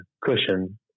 cushion